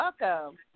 Welcome